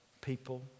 people